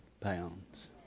pounds